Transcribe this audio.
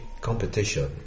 competition